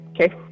okay